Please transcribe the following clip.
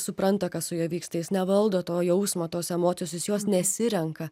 supranta kas su juo vyksta jis nevaldo to jausmo tos emocijos jis jos nesirenka